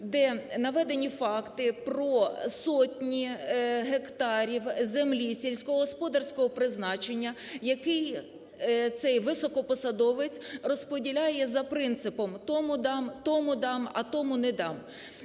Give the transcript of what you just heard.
де наведені факти про сотні гектарів землі сільськогосподарського призначення, які цей високопосадовець розподіляє за принципом: тому дам, тому дам, а тому не дам.